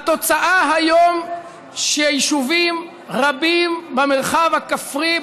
התוצאה היום היא שיישובים רבים במרחב הכפרי,